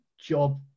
job